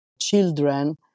children